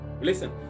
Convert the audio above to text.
Listen